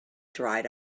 dried